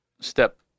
step